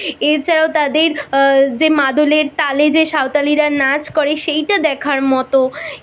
এছাড়াও তাদের যে মাদলের তালে যে সাঁওতালিরা নাচ করে সেইটা দেখার মতো